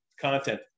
content